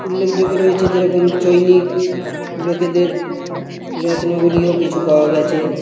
উল্লেখযোগ্য রয়েছে যেরকম চৈনিক লোকেদের রচনাবলীও কিছু পাওয়া গিয়েছে